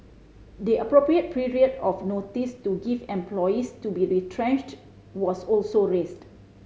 the appropriate period of notice to give employees to be retrenched was also raised